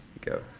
go